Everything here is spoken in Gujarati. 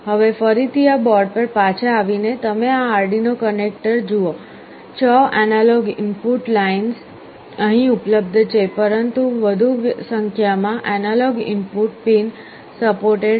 હવે ફરીથી આ બોર્ડ પર પાછા આવીને તમે આ આર્ડિનો કનેક્ટર જુઓ છ એનાલોગ ઇનપુટ લાઇન્સ અહીં ઉપલબ્ધ છે પરંતુ વધુ સંખ્યામાં એનાલોગ ઇનપુટ પિન સપોર્ટેડ છે